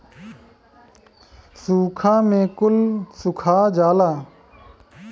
सूखा में कुल सुखा जाला